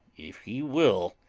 if he will,